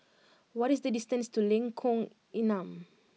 what is the distance to Lengkong Enam